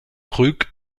truc